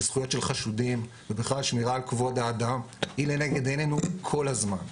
זכויות של חשודים ובכלל שמירה על כבוד האדם היא לנגד עינינו כל הזמן.